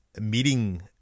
meeting